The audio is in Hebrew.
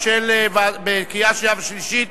קריאה שנייה ושלישית.